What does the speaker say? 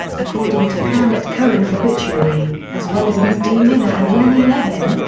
according to kermit cohen's obituary, as well as ms. dimenna and lenny levin,